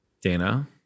Dana